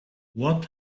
what